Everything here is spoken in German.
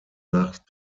nach